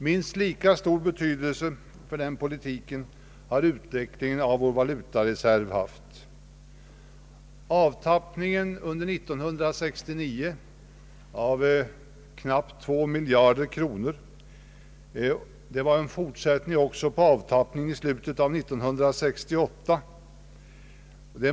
Minst lika stor betydelse för den politiken har utvecklingen av vår valutareserv haft. Avtappningen under år 1969 med knappt två miljarder kronor var en fortsättning på avtappningen i slutet av år 1968.